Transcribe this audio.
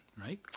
Right